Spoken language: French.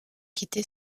quitté